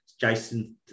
jason